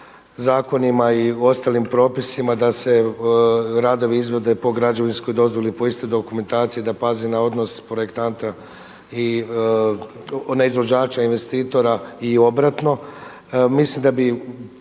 zakonima i ostalim propisima, da se radovi izvode po građevinskoj dozvoli po istoj dokumentaciji, da pazi na odnos projektanta i ne izvođača investitora i obratno, mislim da bi